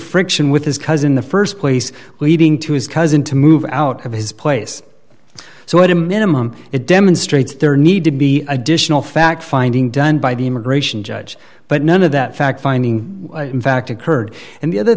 friction with his cousin the st place leading to his cousin to move out of his place so at a minimum it demonstrates their need to be additional fact finding done by the immigration judge but none of that fact finding in fact occurred and the other